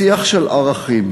בשיח של ערכים,